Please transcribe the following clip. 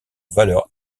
valeur